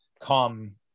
come